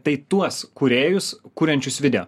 tai tuos kūrėjus kuriančius video